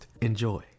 Enjoy